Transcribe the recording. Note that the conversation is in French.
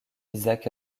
isaac